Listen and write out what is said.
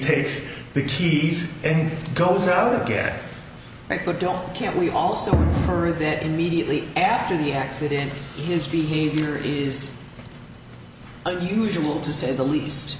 takes the keys and goes out again but don't can't we also heard that immediately after the accident his behavior is unusual to say the least